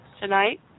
tonight